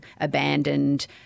abandoned